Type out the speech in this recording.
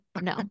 no